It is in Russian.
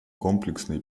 комплексный